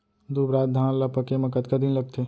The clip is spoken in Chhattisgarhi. दुबराज धान ला पके मा कतका दिन लगथे?